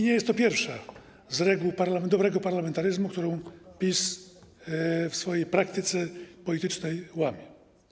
Nie jest to pierwsza z reguł dobrego parlamentaryzmu, którą PiS w swojej praktyce politycznej łamie.